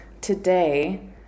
Today